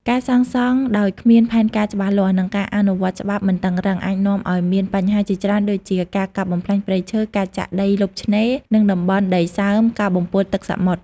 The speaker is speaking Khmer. ការសាងសង់ដោយគ្មាន ផែនការច្បាស់លាស់ និង ការអនុវត្តច្បាប់មិនតឹងរ៉ឹង អាចនាំឲ្យមានបញ្ហាជាច្រើនដូចជា ការកាប់បំផ្លាញព្រៃឈើ ការចាក់ដីលុបឆ្នេរ និងតំបន់ដីសើម ការបំពុលទឹកសមុទ្រ។